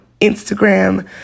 Instagram